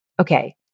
Okay